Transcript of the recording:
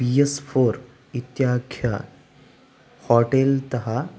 P S four इत्याख्या hotel तः